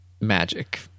magic